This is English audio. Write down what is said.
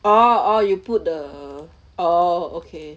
orh orh you put the orh okay